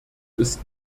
ist